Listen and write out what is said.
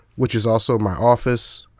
which is also my office,